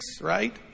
right